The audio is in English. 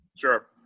Sure